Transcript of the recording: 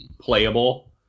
playable